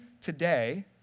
today